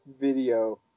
video